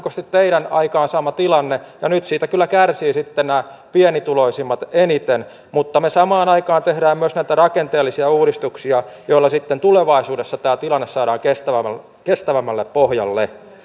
niin kotimaiset kuin kansainväliset taloustieteilijät ovat varoittaneet suomea siitä kyllä kärsisi tänä pienituloisimmat eniten että varhaiskasvatukseen ammattikoulutukseen korkeakoulutukseen tutkimukseen ja innovaatiojärjestelmään kohdistuneet leikkaukset ovat lyhytnäköisiä ja ne tulevat pitkällä aikavälillä maksamaan paljon